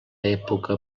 època